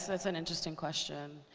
that's an interesting question.